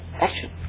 action